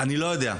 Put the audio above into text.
אני לא יודע,